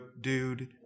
dude